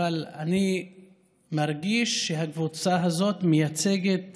אבל אני מרגיש שהקבוצה הזאת מייצגת